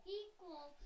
equal